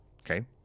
Okay